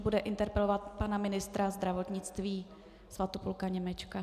Bude interpelovat pana ministra zdravotnictví Svatopluka Němečka.